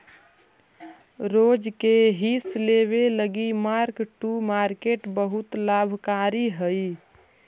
रोज के हिस लेबे लागी मार्क टू मार्केट बहुत लाभकारी हई